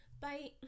bye